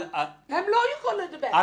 הם לא יכולים לדבר.